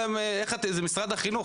זה משרד החינוך,